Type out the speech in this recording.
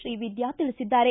ಶ್ರೀವಿದ್ಯಾ ತಿಳಿಸಿದ್ದಾರೆ